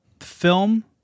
film